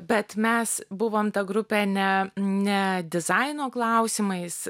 bet mes buvom ta grupė ne ne dizaino klausimais